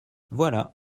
voilà